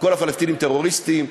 כל הפלסטינים טרוריסטים,